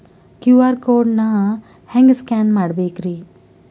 QR code ನಾ ಹೆಂಗ scan ಮಾಡಬೇಕ್ರಿ?